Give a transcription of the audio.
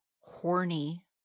horny